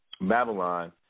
Babylon